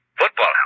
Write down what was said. Football